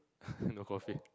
no coffee